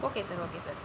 okay sir okay sir